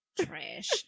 Trash